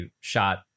shot